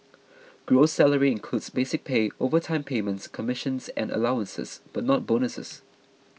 gross salary includes basic pay overtime payments commissions and allowances but not bonuses